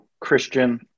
christian